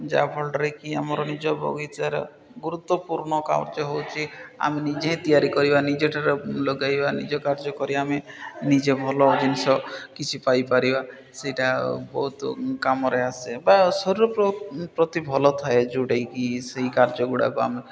ଯାହାଫଳରେ କି ଆମର ନିଜ ବଗିଚାର ଗୁରୁତ୍ୱପୂର୍ଣ୍ଣ କାର୍ଯ୍ୟ ହେଉଛି ଆମେ ନିଜେ ତିଆରି କରିବା ନିଜଠାରୁ ଲଗାଇବା ନିଜ କାର୍ଯ୍ୟ କରିବା ଆମେ ନିଜେ ଭଲ ଜିନିଷ କିଛି ପାଇପାରିବା ସେଇଟା ବହୁତ କାମରେ ଆସେ ବା ଶରୀର ପ୍ରତି ଭଲ ଥାଏ ଯେଉଁଟାକି ସେଇ କାର୍ଯ୍ୟ ଗୁଡ଼ାକ ଆମେ